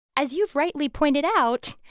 as you've rightly pointed out,